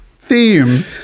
theme